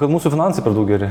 kad mūsų finansai per daug geri